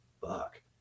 Fuck